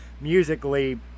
musically